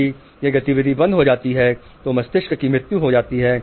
यदि यह गतिविधि बन्द हो जाती है तो मस्तिष्क की मृत्यु हो जाती है